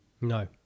no